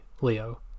Leo